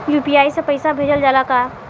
UPI से पईसा भेजल जाला का?